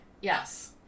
yes